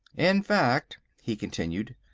in fact, he continued,